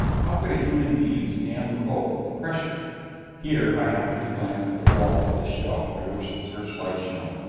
how could a human being stand the cold, the pressure here i happened to glance at the wall of the shell through which the searchlight shone.